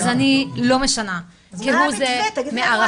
אז אני לא משנה, כהוא זה מערכי.